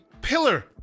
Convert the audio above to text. pillar